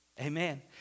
Amen